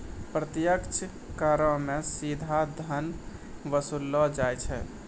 प्रत्यक्ष करो मे सीधा धन वसूललो जाय छै